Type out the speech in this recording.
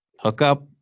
hookup